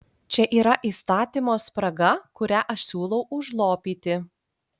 čia yra įstatymo spraga kurią aš siūlau užlopyti